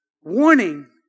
Warning